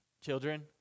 Children